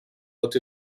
looked